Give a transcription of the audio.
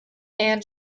and